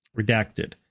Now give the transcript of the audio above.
Redacted